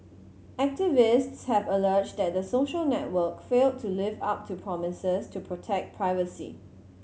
activists have alleged that the social network failed to live up to promises to protect privacy